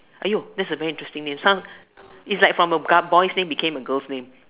that's a very interesting name sound it's like from a boy's name become a girl's name